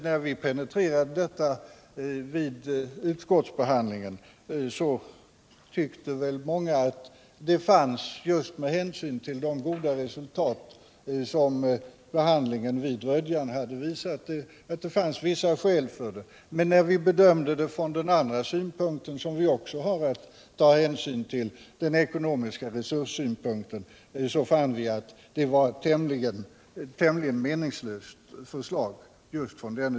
När vi penetrerade detta vid utskottsbehandlingen tyckte många att det fanns vissa skäl för förslaget med hänsyn till de goda resultat som behandlingen vid Rödjan visat. Men när vi bedömde det från den andra synpunkt som vi har att beakta, alltså med utgångspunkt från de ekonomiska resurserna, fann vi att det var ett tämligen meningslöst förslag.